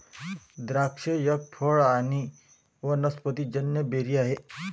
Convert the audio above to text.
द्राक्ष एक फळ आणी वनस्पतिजन्य बेरी आहे